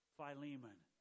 Philemon